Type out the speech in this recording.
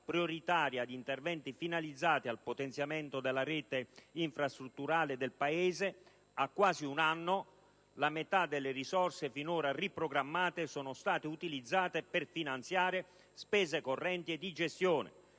prioritaria ad interventi finalizzati al potenziamento della rete infrastrutturale del Paese. A quasi un anno di distanza, la metà delle risorse finora riprogrammate sono state utilizzate per finanziare spese correnti e di gestione,